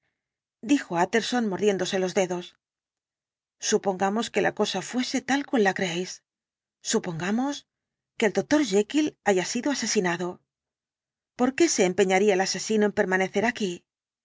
dijo tjtterson mordiéndose los dedos supongamos que la cosa fuese tal cual la creéis supongamos que el doctor jekyll haya sido asesinado por qué se empeñaría el asesino en permanecer aquí